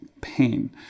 pain